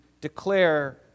declare